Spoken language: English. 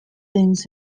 things